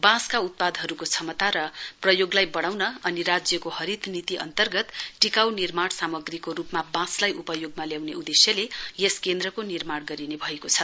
वाँसका उत्पादहरुका क्षमता र प्रयोगलाई वढ़ाउन र राज्यको हरित नीति अन्तर्गत टिक् निर्माण सामाग्रीको रुपमा उपयोगमा ल्याउने उदेश्यले यस केन्द्रको निर्माण गरिने भएको छ